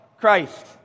Christ